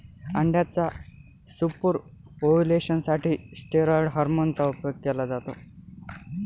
अंड्याच्या super ovulation साठी steroid hormone चा उपयोग केला जातो